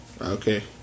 Okay